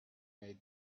made